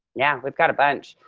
yeah, we've got a bunch.